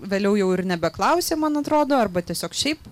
vėliau jau ir nebeklausė man atrodo arba tiesiog šiaip